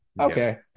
Okay